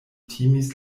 timis